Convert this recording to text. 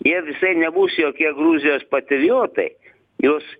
jie visai nebus jokie gruzijos patriotai juos